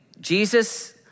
Jesus